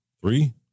three